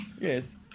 Yes